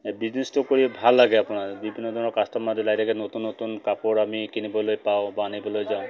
বিজনেচটো কৰি ভাল লাগে আপোনাৰ বিভিন্ন ধৰণৰ কাষ্টমাৰ ওলাই থাকে নতুন নতুন কাপোৰ আমি কিনিবলৈ পাওঁ বা আনিবলৈ যাওঁ